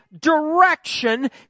direction